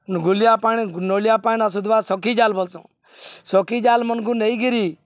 ଗୁଲିଆ ପାଣି ନଲିଆ ପାଣି ଆସୁଥିବା ଶଖୀ ଜାଲ୍ ବଲ୍ସନ୍ ଶଖୀ ଜାଲ୍ମନ୍କୁ ନେଇକିରି